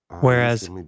Whereas